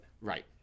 Right